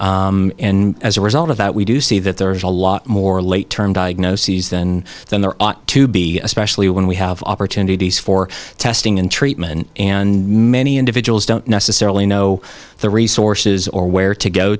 and as a result of that we do see that there is a lot more late term diagnoses than then there ought to be especially when we have opportunities for testing and and treatment many individuals don't necessarily know the resources or where to go